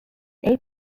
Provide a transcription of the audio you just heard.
they